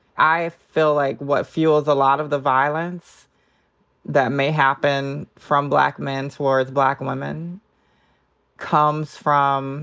i feel like what fuels a lot of the violence that may happen from black men towards black women comes from